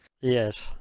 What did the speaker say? yes